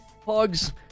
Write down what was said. Pugs